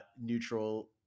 neutral